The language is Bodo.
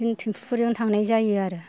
बिदिनो थेमफुफोरजों थांनाय जायो आरो